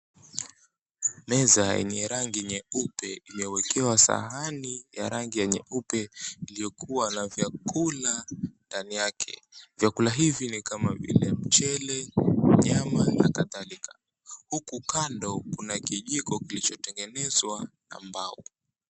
Meza yenye rangi nyeupe, iliyowekewa sahani ya rangi ya nyeupe iliyokuwa na vyakula ndani yake. Vyakula hivi ni kama vile mchele nyama na kadhalika. Huku kando kuna kijiko kilichotengenezwa na mbao.